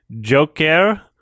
joker